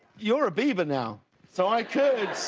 you are a bieber now so i could